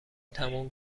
تموم